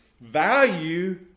value